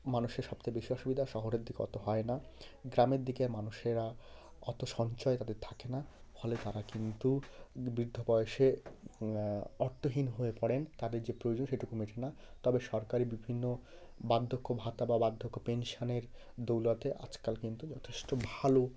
মানুষের সব থেকে বেশি অসুবিধা শহরের দিকে অতো হয় না গ্রামের দিকের মানুষেরা অত সঞ্চয় তাদের থাকে না ফলে তারা কিন্তু বৃদ্ধ বয়সে অর্থহীন হয়ে পড়েন তাদের যে প্রয়োজন সেটুকু মেটে না তবে সরকারি বিভিন্ন বার্ধক্য ভাতা বা বার্ধক্য পেনশানের দৌলতে আজকাল কিন্তু যথেষ্ট ভালো